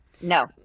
no